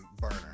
burner